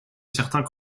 certains